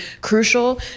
crucial